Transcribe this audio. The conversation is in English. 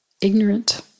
ignorant